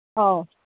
ꯑꯧ